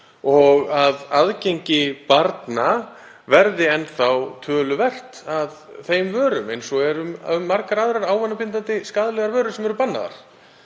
og að aðgengi barna verði enn þá töluvert að þeim vörum eins og er um margar aðrar ávanabindandi skaðlegar vörur sem eru bannaðar.